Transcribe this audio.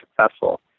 successful